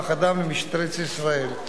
כוח-אדם למשטרת ישראל.